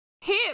Hip